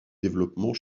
développement